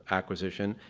acquisition,